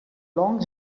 long